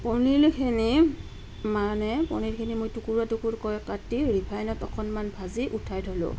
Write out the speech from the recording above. পনিৰখিনি মানে পনিৰখিনি মই টুকুৰা টুকুৰকৈ কাটি ৰিফাইনত অকণমান ভাজি উঠাই থ'লোঁ